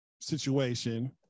situation